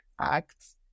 acts